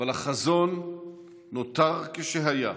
אבל החזון נותר כשהיה,